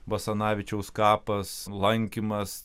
basanavičiaus kapas lankymas